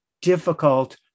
difficult